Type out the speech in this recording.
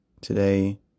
today